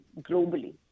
globally